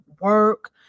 work